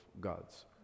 God's